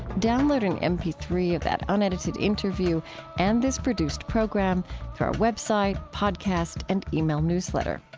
download an m p three of that unedited interview and this produced program through our web site, podcast, and um e-mail newsletter